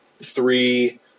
three